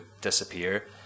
disappear